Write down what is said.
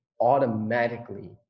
automatically